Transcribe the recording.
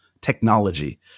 technology